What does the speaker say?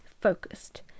Focused